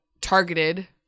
targeted